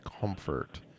comfort